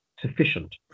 sufficient